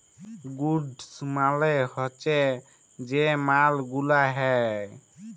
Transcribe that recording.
goods মালে হচ্যে যে মাল গুলা হ্যয়